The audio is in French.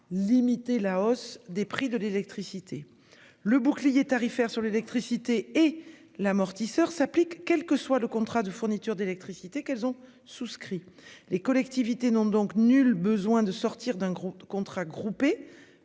limiter la hausse des prix de l'électricité. Le bouclier tarifaire sur l'électricité et l'amortisseur s'applique, quel que soit le contrat de fourniture d'électricité qu'elles ont souscrits, les collectivités ont donc nul besoin de sortir d'un gros contrat groupés